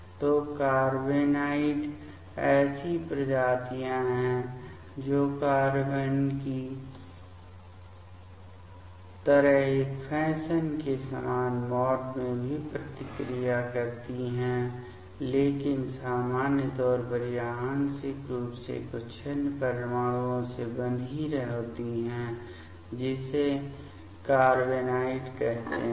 तो कार्बेनोइड ऐसी प्रजातियां हैं जो कार्बेन की तरह एक फैशन के समान मोड में भी प्रतिक्रिया करती हैं लेकिन सामान्य तौर पर यह आंशिक रूप से कुछ अन्य परमाणुओं से बंधी होती है जिसे कारबेनॉइड कहते हैं